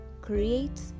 Create